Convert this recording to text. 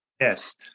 Yes